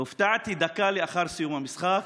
דקה לאחר סיום המשחק,